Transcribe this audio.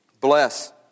bless